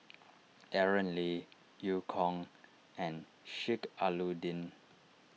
Aaron Lee Eu Kong and Sheik Alau'ddin